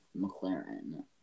McLaren